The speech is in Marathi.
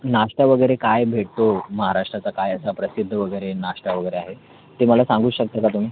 नाश्ता वगैरे काय भेटतो महाराष्ट्राचा काय असा प्रसिद्ध वगैरे नाश्ता वगैरे आहे ते मला सांगू शकता का तुम्ही